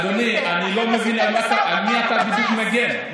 אדוני, אני לא מבין, על מי בדיוק אתה מגן?